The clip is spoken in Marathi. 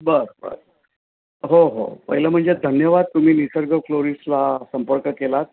बरं बरं हो हो पहिलं म्हणजे धन्यवाद तुम्ही निसर्ग फ्लोरिस्टला संपर्क केला आहेत